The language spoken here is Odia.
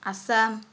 ଆସାମ